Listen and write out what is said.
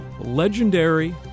Legendary